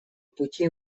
пути